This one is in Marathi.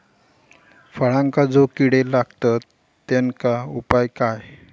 फळांका जो किडे लागतत तेनका उपाय काय?